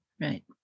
Right